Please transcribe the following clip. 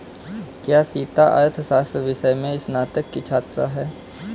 क्या सीता अर्थशास्त्र विषय में स्नातक की छात्रा है?